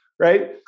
Right